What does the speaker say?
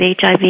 HIV